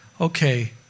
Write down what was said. okay